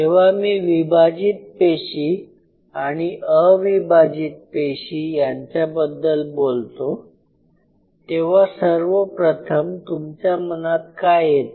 जेव्हा मी विभाजित पेशी आणि अविभाजित पेशी यांच्या बद्दल बोलतो तेव्हा सर्वप्रथम तुमच्या मनात काय येते